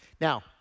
Now